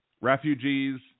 refugees